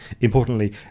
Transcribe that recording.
importantly